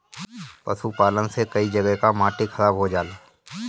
पशुपालन से कई जगह कअ माटी खराब हो जाला